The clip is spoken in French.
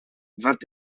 vingt